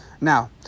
Now